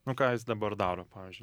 nu ką jis dabar daro pavyzdžiui